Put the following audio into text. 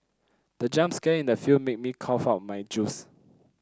the jump scare in the film made me cough out my juice